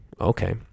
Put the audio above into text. okay